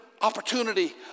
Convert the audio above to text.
opportunity